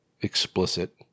explicit